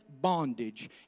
bondage